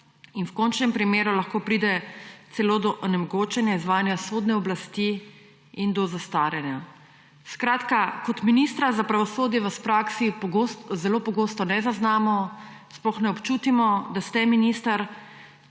in v končnem primeru lahko pride celo do onemogočanja izvajanja sodne oblasti in do zastaranja. Skratka, kot ministra za pravosodje vas v praksi zelo pogosto ne zaznamo, sploh ne občutimo, da ste minister,